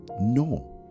No